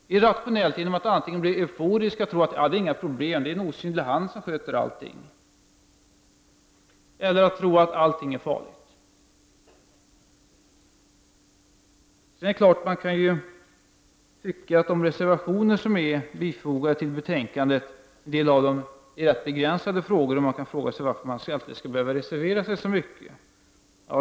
Det är irrationellt genom att vi antingen blir euforiska och tror att det inte finns några problem, att det är en osynlig hand som sköter allting, eller att vi tror att allting är farligt. Man kan tycka att en del av de reservationer som fogats till jordbruksutskottets betänkande rör rätt begränsade frågor. Man kan fråga sig varför det ständigt skall vara nödvändigt att reservera sig så mycket.